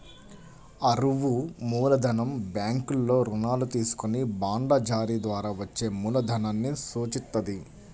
అరువు మూలధనం బ్యాంకుల్లో రుణాలు తీసుకొని బాండ్ల జారీ ద్వారా వచ్చే మూలధనాన్ని సూచిత్తది